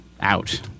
out